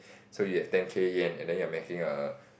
so you have ten K Yen and then you are making a